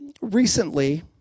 recently